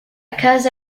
occurs